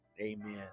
Amen